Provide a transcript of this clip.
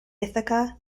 ithaca